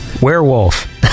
werewolf